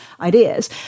ideas